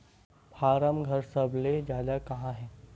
form घर सबले जादा कहां हे